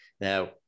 Now